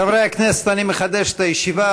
חברי הכנסת, אני מחדש את הישיבה.